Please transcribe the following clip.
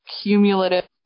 cumulative